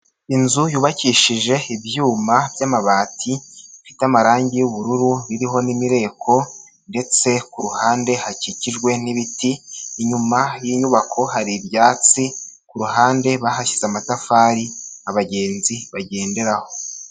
Inzu yubakishije ibyuma by'amabati, bifite amarangi y'ubururu biriho n'imireko ndetse ku ruhande hakikijwe n'ibiti, inyuma y'inyubako hari ibyatsi, ku ruhande bahashyize amatafari abagenzi bagenderaho.